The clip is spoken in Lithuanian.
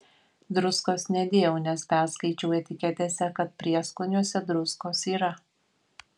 druskos nedėjau nes perskaičiau etiketėse kad prieskoniuose druskos yra